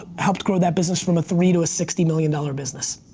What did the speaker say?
ah helped grow that business from a three to a sixty million dollars business.